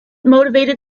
motivated